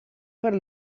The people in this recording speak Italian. per